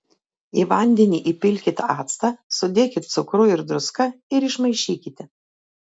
į vandenį įpilkit actą sudėkit cukrų ir druską ir išmaišykite